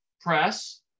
press